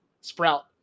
sprout